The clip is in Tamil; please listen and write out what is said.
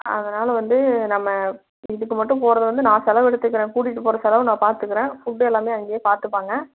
அதனால் வந்து நம்ம இதுக்கு மட்டும் போகிறது வந்து நான் செலவு எடுத்துக்கிறன் கூட்டிட்டு போகிற செலவு நான் பார்த்துக்குறன் ஃபுட் எல்லாம் அங்கேயே பார்த்துப்பாங்க